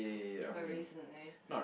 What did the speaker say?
quite recently